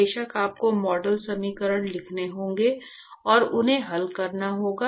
बेशक आपको मॉडल समीकरण लिखने होंगे और उन्हें हल करना होगा